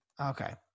Okay